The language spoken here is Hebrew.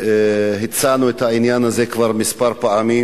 והצענו את העניין הזה כבר כמה פעמים,